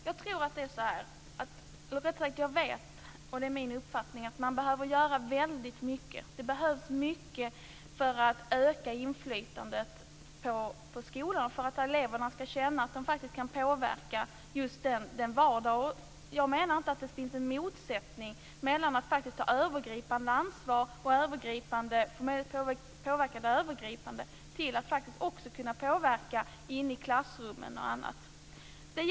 Herr talman! Min uppfattning är, och jag vet att det är så, att man behöver göra väldigt mycket. Det behövs mycket för att öka inflytandet i skolorna för att eleverna ska känna att de faktiskt kan påverka just vardagen. Och jag menar inte att det finns en motsättning mellan att påverka det övergripande och att också kunna påverka inne i klassrummen och på andra sätt.